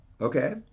okay